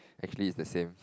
actually it's the same